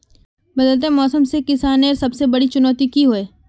बदलते मौसम से किसानेर सबसे बड़ी चुनौती की होय?